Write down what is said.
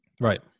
Right